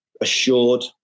assured